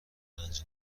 پنج